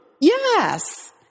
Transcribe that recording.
Yes